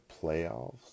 playoffs